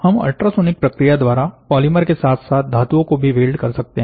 हम अल्ट्रासोनिक प्रक्रिया द्वारा पाॅलीमर के साथ साथ धातुओं को भी वेल्ड कर सकते हैं